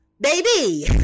baby